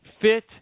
fit